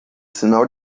sinal